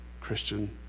Christian